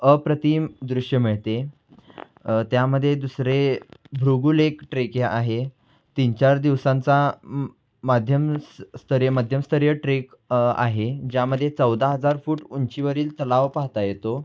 अप्रतिम दृश्य मिळते त्यामध्ये दुसरे भृगू लेक ट्रेक हे आहे तीन चार दिवसांचा मध्यमस्तरीय मध्यमस्तरीय ट्रेक आहे ज्यामध्ये चौदा हजार फूट उंचीवरील तलाव पाहता येतो